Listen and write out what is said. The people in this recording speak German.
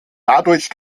dadurch